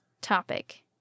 topic